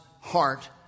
heart